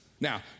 Now